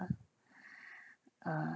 uh err